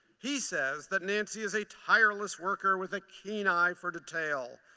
he says that nancy is a tireless worker with a keen eye for detail,